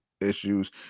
issues